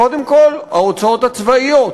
קודם כול, ההוצאות הצבאיות.